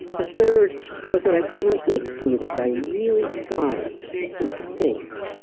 the third was that i couldn't eat food if i really saw it distinct,